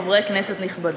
חברי כנסת נכבדים,